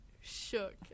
shook